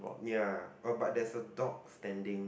ya oh but there's a dog standing